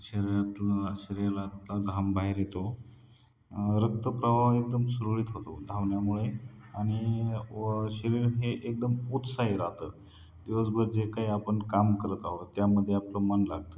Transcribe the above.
शरीरातला शरीरातला घाम बाहेर येतो रक्तप्रवाह एकदम सुरळीत होतो धावण्यामुळे आणि व शरीर हे एकदम उत्साही राहतं दिवसभर जे काही आपण काम करत आहोत त्यामदे आपलं मन लागतं